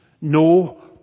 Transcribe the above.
no